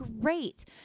great